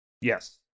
Yes